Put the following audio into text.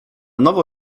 nowo